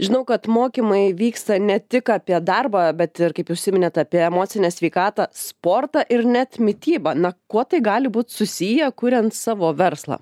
žinau kad mokymai vyksta ne tik apie darbą bet ir kaip užsiminėt apie emocinę sveikatą sportą ir net mitybą na kuo tai gali būt susiję kuriant savo verslą